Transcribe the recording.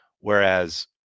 Whereas